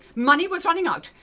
money was running out!